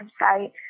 website